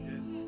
Yes